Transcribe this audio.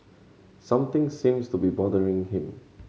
something seems to be bothering him